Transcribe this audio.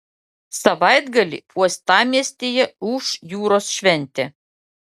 savaitgalį uostamiestyje ūš jūros šventė